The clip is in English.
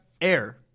air